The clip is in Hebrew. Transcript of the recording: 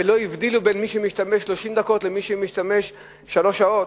ולא הבדילו בין מי שמשתמש 30 דקות לבין מי שמשתמש שלוש שעות.